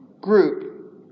group